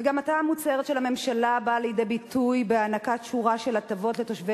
מגמתה המוצהרת של הממשלה באה לידי ביטוי בהענקת שורה של הטבות לתושבי